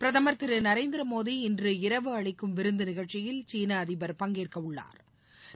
பிரதமர் திருநரேந்திர மோடி இன்றிரவு அளிக்கும் விருந்து நிகழ்ச்சியில் சீன அதிபர் பங்கேற்க உள்ளா்